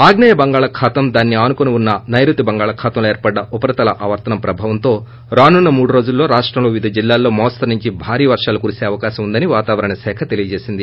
ఆగ్పేయ బంగాళాఖాతం దానిని ఆనుకుని ఉన్స నైఋతి బంగాళాఖాతంలో ఏర్పడ్డ ఉపరితల ఆవర్తనం ప్రభావంతో రానున్న మూడు రోజుల్లో రాష్టంలో వివిధ జిల్లాల్లో మోస్తరు నుంచి భారీ వర్షాలు పడే అవకాశం కింది వాతావరణ శాఖ తెలియజేసింది